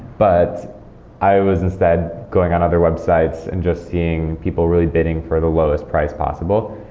but i was instead going on other websites and just seeing people really bidding for the lowest price possible.